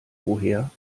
woher